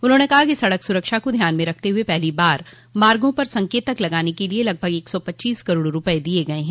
उन्होंने कहा कि सड़क सुरक्षा को ध्यान में रखते हुए पहली बार मार्गो पर संकेतक लगाने के लिये लगभग एक सौ पच्चीस करोड़ रूपये दिये गये हैं